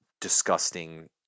disgusting